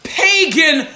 pagan